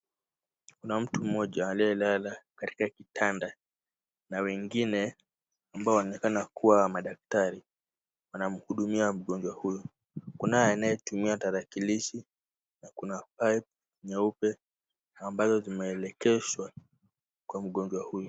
Kuna mtu mmoja aliyelala katika kitanda na wengine ambao wanaonekana kuwa madaktari, wanamuhudumia mgonjwa huyu, kunaye anayetumia tarakilishi na kuna pipe nyeupe ambazo zimeelekesha kwa mgonjwa huyu.